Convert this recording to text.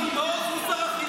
סגן השר אבי מעוז הוא שר החינוך.